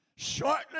Shortly